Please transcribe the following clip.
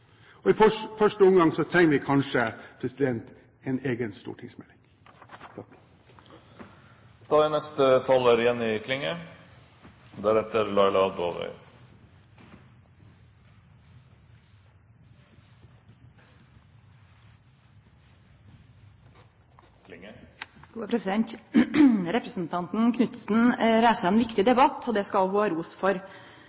i framtiden. I første omgang trenger vi kanskje en egen stortingsmelding. Representanten Knutsen reiser ein viktig